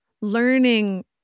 Learning